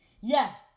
Yes